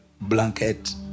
blanket